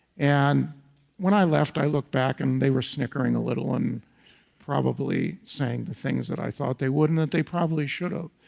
and when i left i look back and they were snickering a little and probably saying the things that i thought they wouldn't that they probably should ah